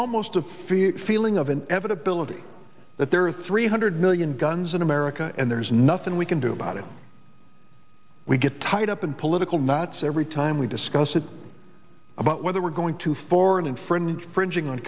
fear feeling of an avid ability that there are three hundred million guns in america and there's nothing we can do about it we get tied up in political knots every time we discuss it about whether we're going to for an infringement fringing on